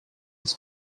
his